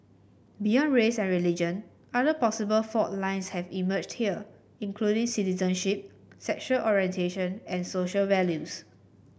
beyond race and religion other possible fault lines have emerged here including citizenship sexual orientation and social values